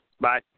Bye